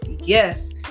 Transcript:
yes